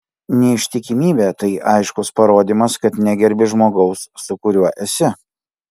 neištikimybė tai aiškus parodymas kad negerbi žmogaus su kuriuo esi